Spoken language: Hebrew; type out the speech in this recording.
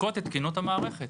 בודקות תקינות המערכת.